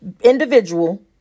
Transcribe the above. individual